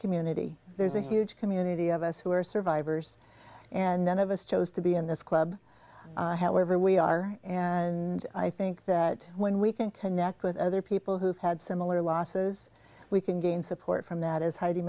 community there's a huge community of us who are survivors and none of us chose to be in this club wherever we are and i think that when we can connect with other people who've had similar losses we can gain support from that as heidi